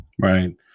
Right